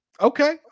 Okay